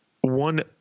one